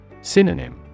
Synonym